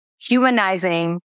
humanizing